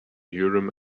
urim